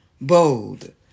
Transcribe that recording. bold